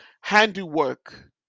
handiwork